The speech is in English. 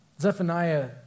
Zephaniah